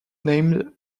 named